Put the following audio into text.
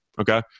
Okay